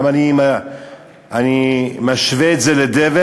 למה אני משווה את זה לדבר?